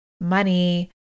money